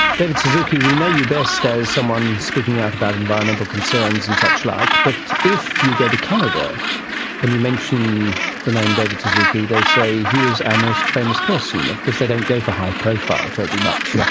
david suzuki, we know you best as someone speaking out about environmental concerns and suchlike, but if you go to canada and you mention the name david suzuki they say, he is our most famous person. of course they don't go for high profile terribly much, yeah